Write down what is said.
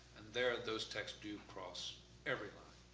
and there those texts do cross every line,